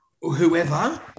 whoever